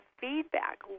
feedback